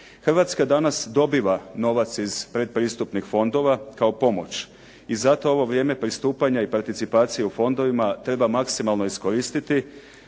Hrvatska danas dobiva novac iz predpristupnih fondova kao pomoć. I zato ovo vrijeme pristupanja i participacije u fondovima treba maksimalno iskoristiti